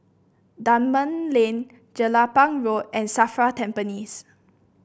Dunman Lane Jelapang Road and Safra Tampines